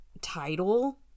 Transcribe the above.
title